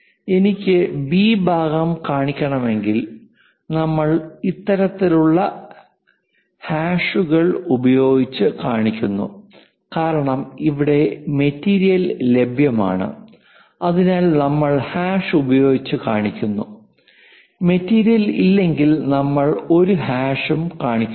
എനിക്ക് ബി ഭാഗം കാണിക്കണമെങ്കിൽ നമ്മൾ ഇത്തരത്തിലുള്ള ഹാഷുകൾ ഉപയോഗിച്ച് കാണിക്കുന്നു കാരണം അവിടെ മെറ്റീരിയൽ ലഭ്യമാണ് അതിനാൽ നമ്മൾ ഹാഷ് ഉപയോഗിച്ച് കാണിക്കുന്നു മെറ്റീരിയൽ ഇല്ലെങ്കിൽ നമ്മൾ ഒരു ഹാഷും കാണിക്കുന്നില്ല